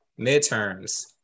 midterms